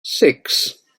six